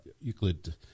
Euclid